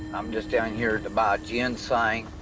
i'm just down here to buy ginseng.